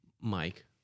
Mike